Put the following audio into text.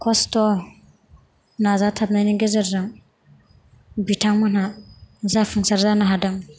खस्थ' नाजाथाबनायनि गेजेरजों बिथांमोनहा जाफुंसार जानो हादों